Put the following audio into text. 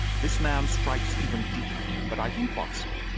this man strikes even deeper, but i think, watson,